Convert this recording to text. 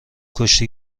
کشتی